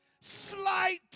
slight